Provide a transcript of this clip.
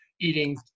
eating